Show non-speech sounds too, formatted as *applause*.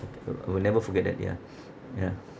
uh I will never forget that ya *noise* ya